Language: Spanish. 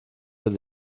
del